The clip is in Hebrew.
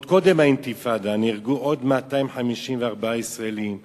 עוד קודם האינתיפאדה, נהרגו עוד 254 ישראלים.